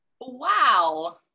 wow